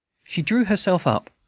she drew herself up,